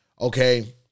Okay